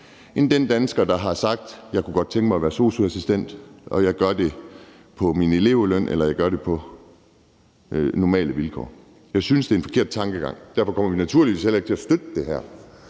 end den dansker, der har sagt: Jeg kunne godt tænke mig at være sosu-assistent, og jeg gør det på min elevløn, eller jeg gør det på normale vilkår. Jeg synes, det er en forkert tankegang. Derfor kommer vi naturligvis heller ikke til at støtte det her.